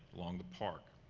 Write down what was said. along the park.